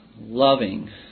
loving